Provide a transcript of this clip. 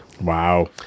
Wow